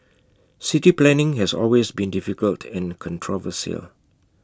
city planning has always been difficult and controversial